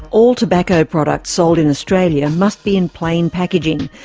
all tobacco products sold in australia must be in plain packaging,